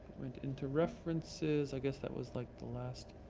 went into references. i guess that was like the last